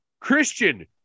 Christian